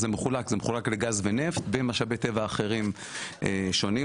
זה מחולק לגז ונפט ומשאבי טבע אחרים שונים.